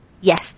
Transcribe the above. Yes